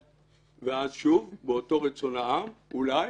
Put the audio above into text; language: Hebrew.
ואז שוב באותו רצון העם אולי